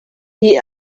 heat